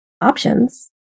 options